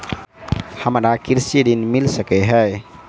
हमरा कृषि ऋण मिल सकै है?